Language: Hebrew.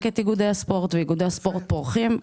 את איגודי הספורט ואיגודי הספורט פורחים.